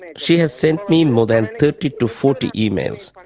and she has sent me more than thirty to forty emails,